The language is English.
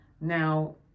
Now